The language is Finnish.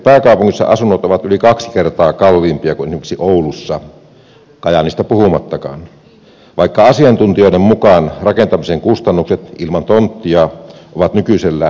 miksi pääkaupungissa asunnot ovat yli kaksi kertaa kalliimpia kuin esimerkiksi oulussa kajaanista puhumattakaan vaikka asiantuntijoiden mukaan rakentamisen kustannukset ilman tonttia ovat nykyisellään samat